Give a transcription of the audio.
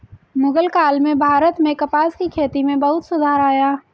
मुग़ल काल में भारत में कपास की खेती में बहुत सुधार आया